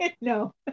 No